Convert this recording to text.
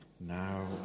now